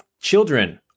Children